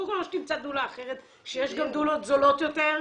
קודם כול או שתמצא דולה אחרת יש גם דולות זולות יותר,